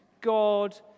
God